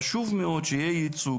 חשוב מאוד שיהיה ייצוג